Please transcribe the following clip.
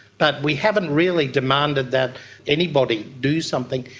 but we haven't really demanded that anybody do something.